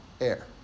air